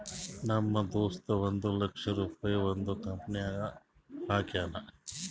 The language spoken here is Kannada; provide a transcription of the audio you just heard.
ನಮ್ ದೋಸ್ತ ಒಂದ್ ಲಕ್ಷ ರುಪಾಯಿ ಒಂದ್ ಕಂಪನಿನಾಗ್ ಹಾಕ್ಯಾನ್